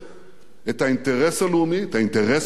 את האינטרס הלאומי, את האינטרסים הלאומיים,